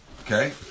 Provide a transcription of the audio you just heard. Okay